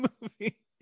movie